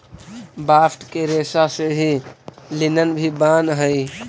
bast के रेसा से ही लिनन भी बानऽ हई